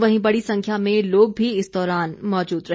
वहीं बड़ी संख्या में लोग भी इस दौरान मौजूद रहे